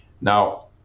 Now